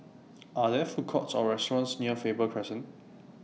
Are There Food Courts Or restaurants near Faber Crescent